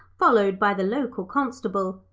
followed by the local constable.